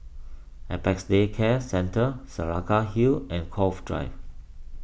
Apex Day Care Centre Saraca Hill and Cove Drive